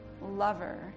lover